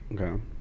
Okay